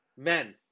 Men